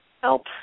help